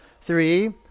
Three